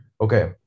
Okay